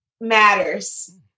matters